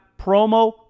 promo